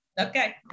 Okay